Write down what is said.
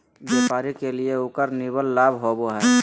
व्यापारी के लिए उकर निवल लाभ होबा हइ